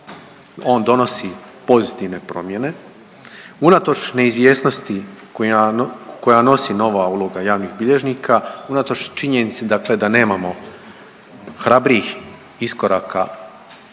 on donosi pozitivne promjene unatoč neizvjesnosti koja nosi nova uloga javnih bilježnika, unatoč činjenici, dakle da nemamo hrabrijih iskoraka